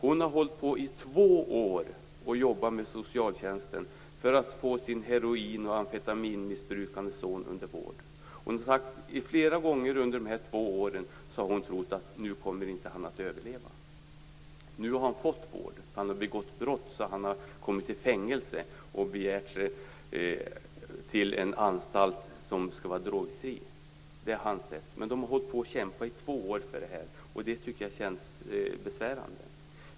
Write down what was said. Den här mamman har under två års tid bearbetat socialtjänsten för att få sin heroin och amfetaminmissbrukande son under vård. Flera gånger under dessa två år har hon trott att sonen inte kommer att överleva. Nu har sonen fått vård. Han har begått brott så att han har hamnat i fängelse och begärt sig till en drogfri anstalt. Mamman och sonen har alltså kämpat i två år för att sonen skall få vård, och det tycker jag känns besvärande.